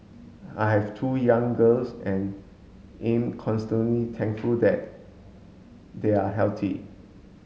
I have two young girls and am constantly thankful that they are healthy